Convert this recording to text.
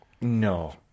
No